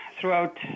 throughout